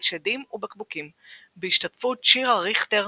שדים ובקבוקים" בהשתתפות שירה ריכטר,